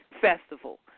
Festival